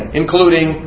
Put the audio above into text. including